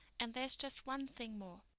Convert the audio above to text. and there's just one thing more.